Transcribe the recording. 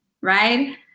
right